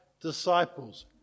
disciples